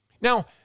Now